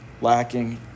lacking